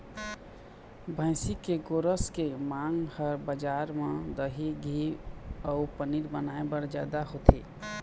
भइसी के गोरस के मांग ह बजार म दही, घींव अउ पनीर बनाए बर जादा होथे